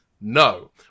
No